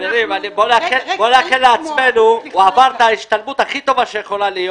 בואו נאחל לעצמנו הוא עבר את ההשתלמות הכי טובה שיכולה,